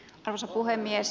arvoisa puhemies